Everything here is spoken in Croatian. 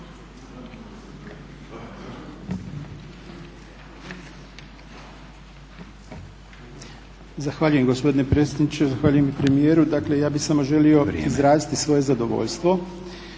Zahvaljujem gospodine predsjedniče, zahvaljujem i premijeru. Ja bih samo želio izraziti svoje zadovoljstvo